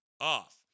off